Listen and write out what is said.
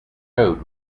code